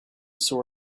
saw